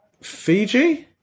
Fiji